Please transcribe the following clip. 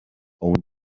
own